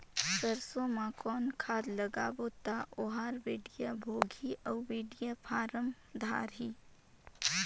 सरसो मा कौन खाद लगाबो ता ओहार बेडिया भोगही अउ बेडिया फारम धारही?